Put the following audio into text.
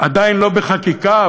עדיין לא בחקיקה,